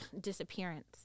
disappearance